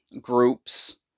groups